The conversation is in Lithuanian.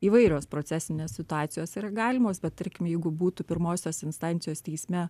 įvairios procesinės situacijos yra galimos bet tarkim jeigu būtų pirmosios instancijos teisme